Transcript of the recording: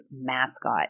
mascot